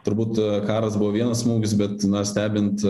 turbūt karas buvo vienas smūgis bet stebint